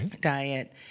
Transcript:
diet